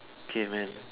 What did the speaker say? K man